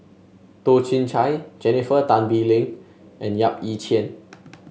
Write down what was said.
Toh Chin Chye Jennifer Tan Bee Leng and Yap Ee Chian